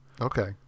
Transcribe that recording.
Okay